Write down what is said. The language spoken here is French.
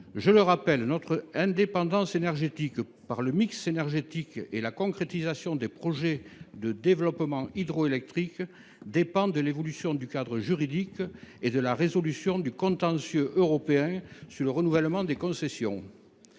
Je le rappelle, notre indépendance énergétique par le mix énergétique et la concrétisation des projets de développement hydroélectrique dépend de l’évolution du cadre juridique et de la résolution du contentieux européen sur le renouvellement des concessions.